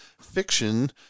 Fiction